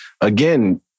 again